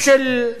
אדוני היושב-ראש,